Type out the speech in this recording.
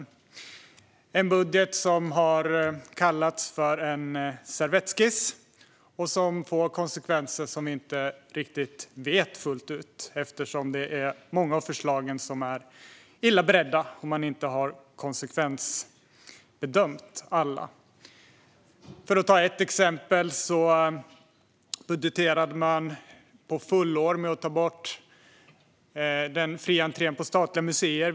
Det är en budget som har kallats för en servettskiss, och vi vet inte fullt ut vilka konsekvenser den får eftersom många av förslagen är illa beredda och inte har konsekvensbedömts. För att ta ett exempel budgeterade man för hela året när det gäller att ta bort den fria entrén på statliga museer.